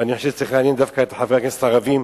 ואני חושב שזה צריך לעניין דווקא את חברי הכנסת הערבים,